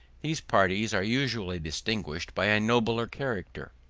these parties are usually distinguished by a nobler character,